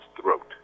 throat